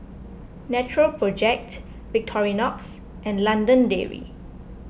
Natural Project Victorinox and London Dairy